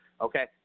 Okay